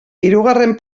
hirugarren